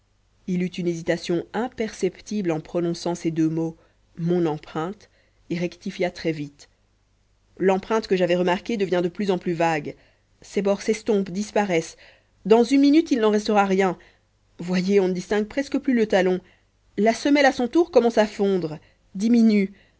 il eut une hésitation imperceptible en prononçant ces deux mots mon empreinte et rectifia très vite l'empreinte que j'avais remarquée devient de plus en plus vague ses bords s'estompent disparaissent dans une minute il n'en restera rien voyez on ne distingue presque plus le talon la semelle à son tour commence à fondre diminue